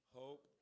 hope